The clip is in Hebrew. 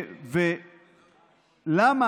למה?